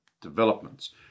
developments